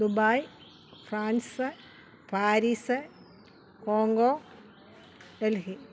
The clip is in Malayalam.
Dubai France Paris Hong Kong Delhi